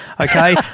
okay